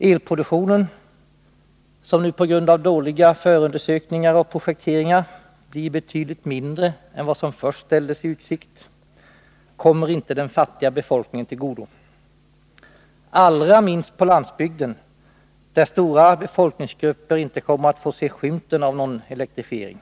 Elproduktionen, som nu på grund av dåliga förundersökningar och projekteringar blir betydligt mindre än vad som först ställdes i utsikt, kommer inte den fattiga befolkningen till godo, allra minst på landsbygden där stora befolkningsgrupper inte kommer att få se skymten av någon elektrifiering.